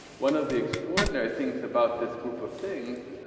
one of the extraordinary things about this group of things,